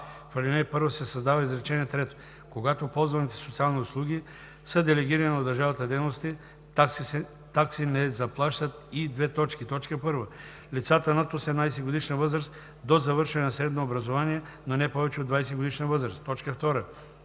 ал. 1 се създава изречение трето: „Когато ползваните социални услуги са делегирани от държавата дейности, такси не заплащат и: 1. лицата над 18-годишна възраст до завършване на средно образование, но не повече от 20-годишна възраст; 2. лицата,